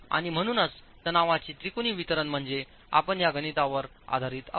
आणि म्हणूनच तणावांचे त्रिकोणी वितरण म्हणजे आपण या गणितांवर आधारित आहोत